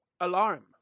alarm